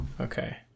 Okay